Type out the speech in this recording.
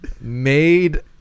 Made